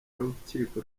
w’urukiko